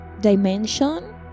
dimension